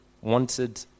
wanted